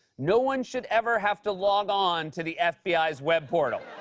no one should ever have to log on to the fbi's web portal.